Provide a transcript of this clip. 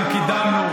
גם קידמנו,